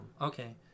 okay